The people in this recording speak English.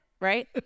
right